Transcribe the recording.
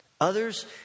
Others